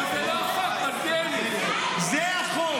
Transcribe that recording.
אבל זה לא החוק, זה לא החוק.